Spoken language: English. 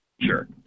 Sure